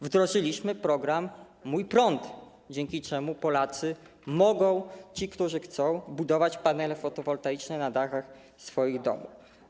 Wdrożyliśmy program „Mój prąd”, dzięki któremu Polacy, którzy chcą, mogą budować panele fotowoltaiczne na dachach swoich domów.